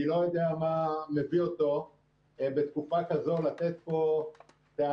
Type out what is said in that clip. אני לא יודע מה מביא אותו בתקופה כזו לתת פה טענות/